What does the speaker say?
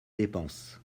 dépenses